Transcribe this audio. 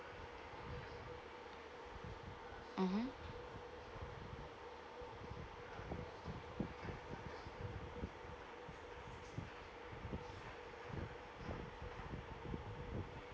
mmhmm